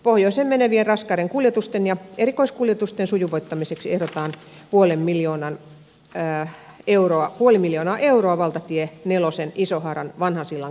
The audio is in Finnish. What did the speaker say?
pohjoiseen menevien raskaiden kuljetusten ja erikoiskuljetusten sujuvoittamiseksi ehdotetaan puolta miljoonaa euroa valtatie nelosen isohaaran vanhan sillan korjaamiseen